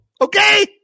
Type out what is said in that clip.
okay